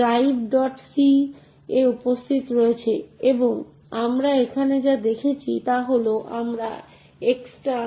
তাই আমাদের paging unit privilege ring এবং ইন্টারাপ্ট রয়েছে তাই পেজিং ইউনিট একটি অ্যাপ্লিকেশন এড্রেস স্পেস বিচ্ছিন্ন করতে সক্ষম হবে